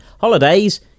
Holidays